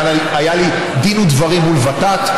היה לי דין ודברים מול ות"ת,